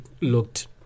looked